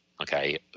Okay